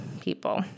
people